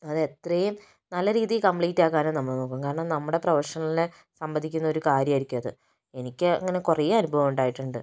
അത് എത്രയും നല്ല രീതിയിൽ കമ്പ്ലീറ്റാക്കാനാണ് നമ്മൾ നോക്കു കാരണം നമ്മുടെ പ്രൊഫെഷനലിനെ സംബന്ധിക്കുന്ന ഒരു കാര്യമായിരിക്കും അത് എനിക്ക് അങ്ങനെ കുറേ അനുഭവം ഉണ്ടായിട്ടുണ്ട്